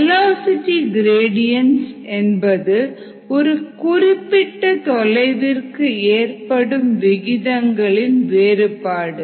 velocity gradients என்பது ஒரு குறிப்பிட்ட தொலைவிற்கு ஏற்படும் விகிதங்கள் வேறுபாடு